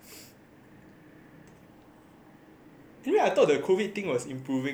today I thought the COVID thing was improving already sia